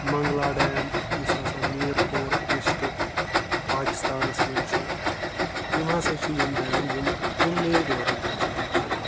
Mangla dam یُس ہَسا Mirpur district پاکِستانَس منٛز چھُ یِم ہَسا چھِ یِم ڈَیم یِم یِم نٔے رِوَرَن پؠٹھ چھِ آمٕتۍ بَناونہٕ